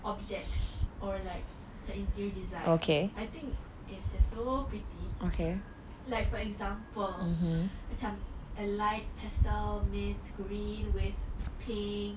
objects or like the interior design I think it's so pretty like for example macam a light pastel mint green with pink